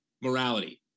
morality